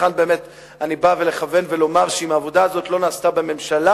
לכאן באמת אני בא לכוון ולומר שאם העבודה הזאת לא נעשתה בממשלה,